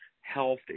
health